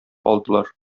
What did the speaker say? алдылар